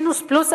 מינוס-פלוס,